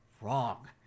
wrong